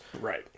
Right